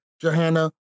Johanna